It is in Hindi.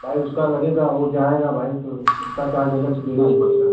भाई उसका लगेगा ओ जाएगा भाई तो उसका चार्ज अलग से देना ही पड़ेगा